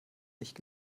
nicht